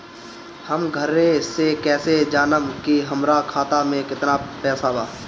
हम घरे से कैसे जानम की हमरा खाता मे केतना पैसा बा?